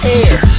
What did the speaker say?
air